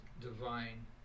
divine